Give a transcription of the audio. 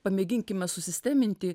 pamėginkime susisteminti